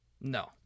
No